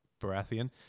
Baratheon